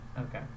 Okay